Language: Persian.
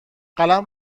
قلم